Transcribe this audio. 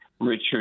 Richard